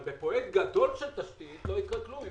אבל פרויקט גדול של תשתית -- לא ישקיעו.